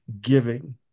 giving